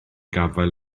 gafael